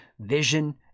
vision